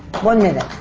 one minute.